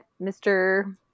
Mr